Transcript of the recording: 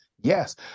yes